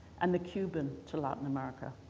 and the cuban to latin america.